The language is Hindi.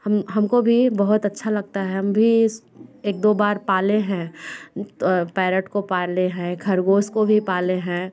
हम हम को भी बहुत अच्छा लगता है हम भी एक दो बार पाले हैं तो पैरट को पाले हैं ख़रगोश को भी पाले हैं